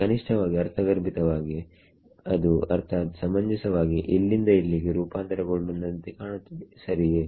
ಕನಿಷ್ಟವಾಗಿ ಅರ್ಥಗರ್ಭಿತವಾಗಿ ಅದು ಅರ್ಥಾತ್ ಸಮಂಜಸವಾಗಿ ಇಲ್ಲಿಂದ ಇಲ್ಲಿಗೆ ರೂಪಾಂತರಗೊಂಡಂತೆ ಕಾಣುತ್ತದೆ ಸರಿಯೇ